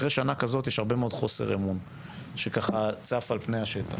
אחרי שנה יש הרבה מאוד חוסר אמון שצף על פני השטח.